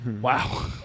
Wow